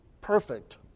perfect